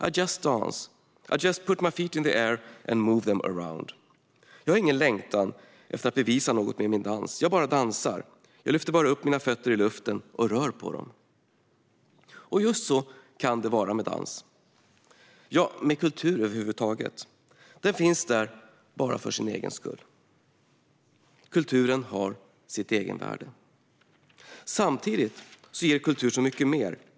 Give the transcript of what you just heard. I just dance. I just put my feet in the air and move them around." "Jag har ingen längtan efter att bevisa något med min dans. Jag bara dansar. Jag lyfter bara upp mina fötter i luften och rör på dem." Just så kan det vara med dans - ja, med kultur över huvud taget. Den finns där bara för sin egen skull. Kulturen har ett egenvärde. Samtidigt ger kultur så mycket mer.